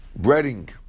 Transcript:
breading